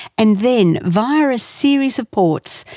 and then, via a series of ports,